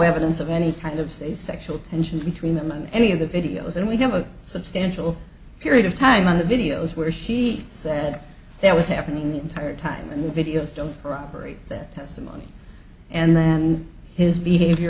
evidence of any kind of say sexual tension between them on any of the videos and we have a substantial period of time on the videos where she said that was happening the entire time and the videos don't corroborate that testimony and then his behavior